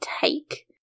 take